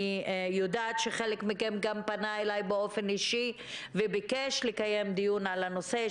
אני יודעת שחלק מכם גם פנה אליי באופן אישי וביקש לקיים דיון על הנושא,